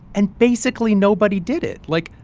and, basically, nobody did it. like,